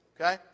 Okay